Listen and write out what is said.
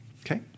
Okay